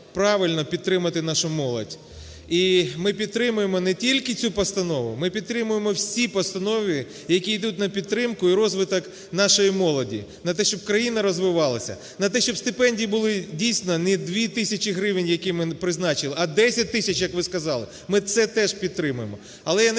правильне: підтримати нашу молодь. І ми підтримуємо не тільки цю постанову, ми підтримуємо всі постанови, які йдуть на підтримку і розвиток нашої молоді, на те, щоб країна розвивалася, на те, щоб стипендії були, дійсно, не 2 тисячі гривень, які ми призначили, а 10 тисяч, як ви сказали, ми це теж підтримуємо.